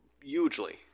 hugely